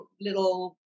little